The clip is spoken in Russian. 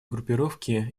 группировки